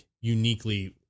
uniquely